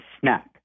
snap